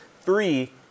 Three